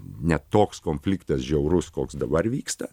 ne toks konfliktas žiaurus koks dabar vyksta